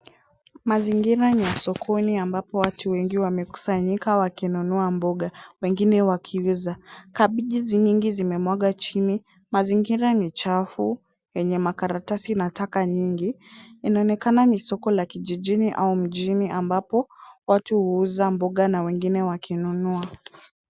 Mazingira ni ya sokoni ambapo watu wengi wamekusanyika wakinunua mboga. Wengine wakiuza, Kabeji nyingi zimemwagwa chini. Mazingira ni chafu, yenye makaratasi na taka nyingi. Inaonekana ni soko la kijijini au mjini ambapo watu huuza mboga na wengine wakinunua.